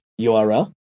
URL